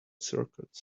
circuits